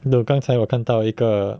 the 刚才我看到一个